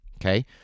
Okay